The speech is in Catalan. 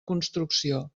construcció